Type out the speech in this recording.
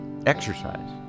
Exercise